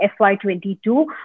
FY22